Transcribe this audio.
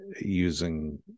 using